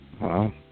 Wow